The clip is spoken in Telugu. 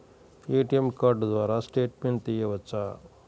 ఏ.టీ.ఎం కార్డు ద్వారా స్టేట్మెంట్ తీయవచ్చా?